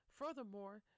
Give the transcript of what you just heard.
furthermore